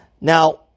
Now